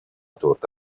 torta